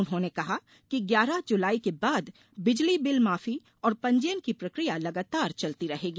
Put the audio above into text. उन्होंने कहा कि ग्यारह जुलाई के बाद बिजली बिल माफी और पंजीयन की प्रक्रिया लगातार चलती रहेगी